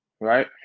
right